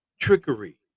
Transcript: trickery